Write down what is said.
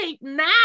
now